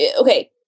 Okay